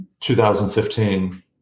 2015